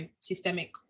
systemic